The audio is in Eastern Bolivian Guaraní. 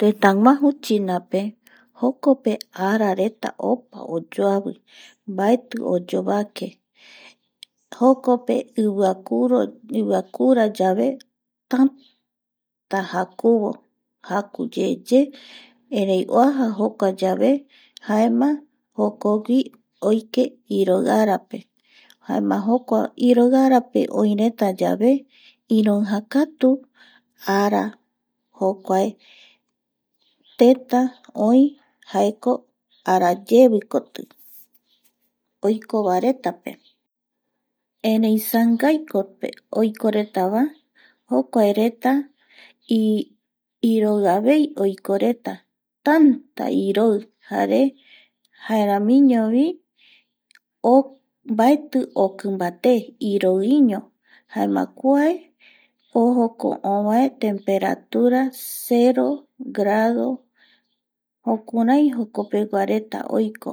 Tëtäguaju Chinape jokope arareta opa oyoavi mbaeti oyovake jokope iviakuro iviakura yave tanta jakuvo jakuyeye erei oaja jokua yave jaema jokogui oike iroi arape jaema jokuae iroiarape oiretayave iroijakatu ara jokuae teta oi jaeko arayevikoti oikovaretape erei sangai koti oikovae jokuareta pe iroi avei oikoreta tanra iroi jare jaeramiñovi o mbaeti okimbate iroi iño jaema kua ojoko ovae temperatura cero grado jukurai jokopeguareta oiko